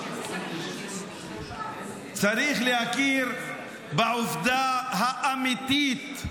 צריך להכיר בעובדה האמיתית.